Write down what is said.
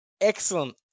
excellent